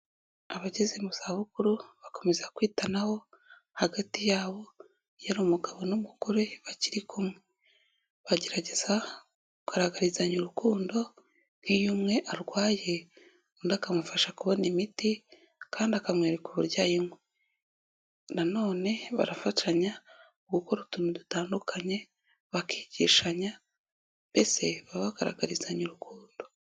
Abageze mu zabukuru bakomeza kwitanaho hagati yabo, iyo ari umugabo n'umugore bakiri kumwe, bagerageza kugaragarizanya urukundo nk'iyo umwe arwaye, undi akamufasha kubona imiti kandi akamwereka uburyo ayinywa nanone barafatanya mu gukora utuntu dutandukanye, bakigishanya mbese baba bagaragarizanya urukundo.